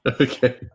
Okay